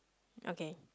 okay